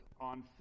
on